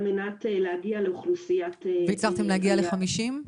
על מנת להגיע לאוכלוסיית --- והצלחתם להגיע לחמישים?